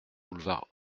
boulevard